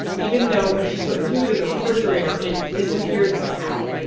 even though when she put food in the refrigerator, it disappeared somehow,